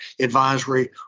advisory